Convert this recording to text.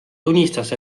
tunnistas